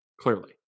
Clearly